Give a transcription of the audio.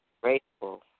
grateful